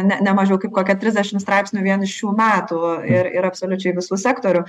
ne nemažiau kaip kokia trisdešimt straipsnių vien iš šių metų ir ir absoliučiai visų sektorių